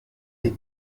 des